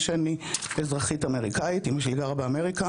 שאני אזרחית אמריקאית אימא שלי גרה באמריקה.